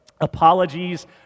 apologies